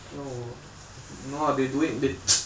ya what no lah they do it they